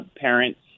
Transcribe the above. parents